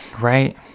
right